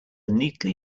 neatly